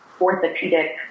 orthopedic